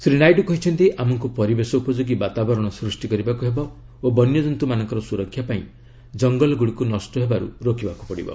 ଶ୍ରୀ ନାଇଡୁ କହିଛନ୍ତି ଆମକୁ ପରିବେଶ ଉପଯୋଗୀ ବାତାବରଣ ସୃଷ୍ଟି କରିବାକୁ ହେବ ଓ ବନ୍ୟଜନ୍ତୁମାନଙ୍କର ସୁରକ୍ଷା ପାଇଁ ଜଙ୍ଗଲଗୁଡ଼ିକୁ ନଷ୍ଟ ହେବାରୁ ରୋକିବାକୁ ପଡ଼ିବ